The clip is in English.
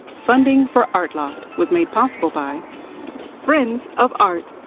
funding for art loft was made possible by friends of art.